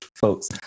folks